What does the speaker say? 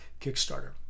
Kickstarter